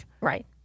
Right